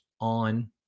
on